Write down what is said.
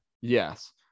Yes